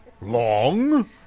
long